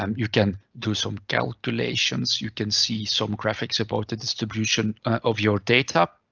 um you can do some calculations, you can see some graphics about the distribution of your data.